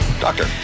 Doctor